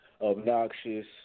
obnoxious